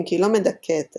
אם כי לא מדכאת אלא,